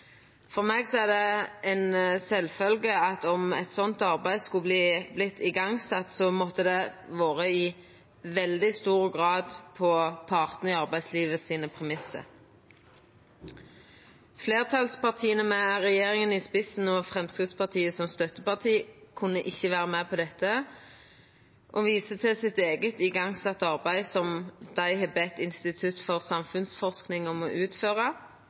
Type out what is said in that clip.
For meg er det sjølvsagt at om eit slikt arbeid skulle verta sett i gang, måtte det i veldig stor grad ha vore på partane i arbeidslivet sine premissar. Fleirtalspartia, med regjeringa i spissen og med Framstegspartiet som støtteparti, kunne ikkje vera med på dette og viser til det arbeidet som dei har bedt Institutt for samfunnsforsking om å utføra.